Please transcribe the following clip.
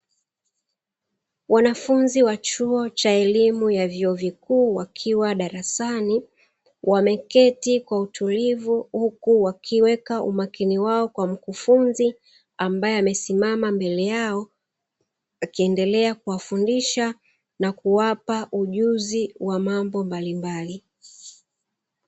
Wanafunzi wa chuo cha elimu ya vyuo vikuu wakiwa darasani, wameketi kwa utulivu, huku wakiweka umakini wao kwa mkufunzi ambae amesimama mbele yao, akiendelea kuwafundisha na kuwapa ujuzi wa mambo mablimbali.